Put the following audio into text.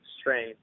strain